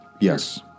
Yes